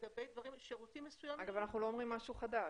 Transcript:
לגבי שירותים מסוימים --- אנחנו גם לא אומרים משהו חדש,